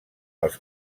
els